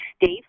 Dave